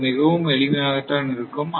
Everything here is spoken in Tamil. இது மிகவும் எளிமையாகத் தான் இருக்கும்